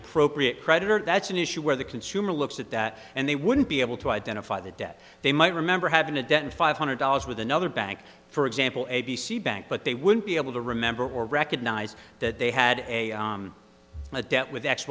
appropriate creditor that's an issue where the consumer looks at that and they wouldn't be able to identify the debt they might remember having a debt in five hundred dollars with another bank for example a b c bank but they wouldn't be able to remember or recognize that they had a debt with x